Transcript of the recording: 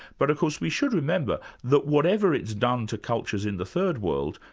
but of course we should remember that whatever it's done to cultures in the third world,